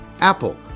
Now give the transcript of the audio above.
Apple